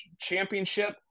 Championship